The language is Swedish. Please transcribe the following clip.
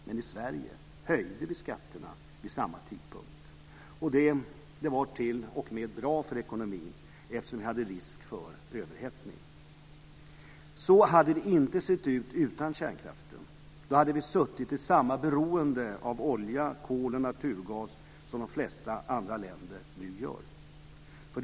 Men i Sverige höjde vi skatterna vid samma tidpunkt. Detta var t.o.m. bra för ekonomin eftersom det fanns risk för överhettning. Så hade det inte sett ut utan kärnkraften. Då hade vi suttit i samma beroende av olja, kol och naturgas som de flesta andra länder nu sitter i.